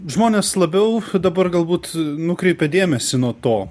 žmonės labiau dabar galbūt nukreipė dėmesį nuo to